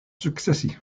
sukcesi